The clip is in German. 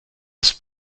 ist